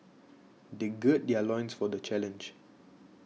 they gird their loins for the challenge